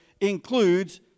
includes